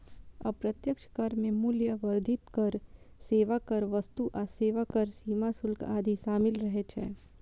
अप्रत्यक्ष कर मे मूल्य वर्धित कर, सेवा कर, वस्तु आ सेवा कर, सीमा शुल्क आदि शामिल रहै छै